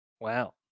Wow